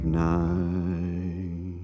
night